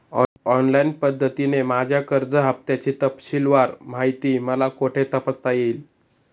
Online पद्धतीने माझ्या कर्ज हफ्त्याची तपशीलवार माहिती मला कुठे तपासता येईल?